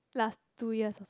last two years